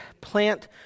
plant